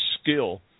skill